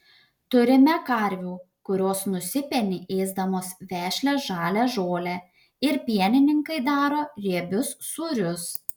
turime karvių kurios nusipeni ėsdamos vešlią žalią žolę ir pienininkai daro riebius sūrius